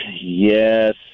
Yes